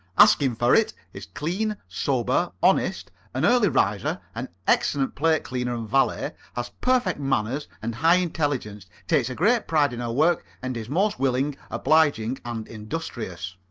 askinforit is clean, sober, honest, an early riser, an excellent plate-cleaner and valet, has perfect manners and high intelligence, takes a great pride in her work, and is most willing, obliging and industrious.